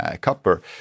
copper